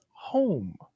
home